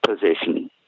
position